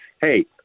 Hey